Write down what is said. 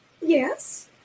Yes